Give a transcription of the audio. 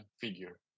figure